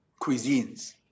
cuisines